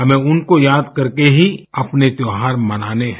हमें उनको याद करके ही अपने त्यौहार मनाने हैं